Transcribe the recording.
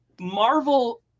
Marvel